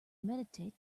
meditate